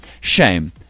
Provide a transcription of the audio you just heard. shame